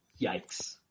yikes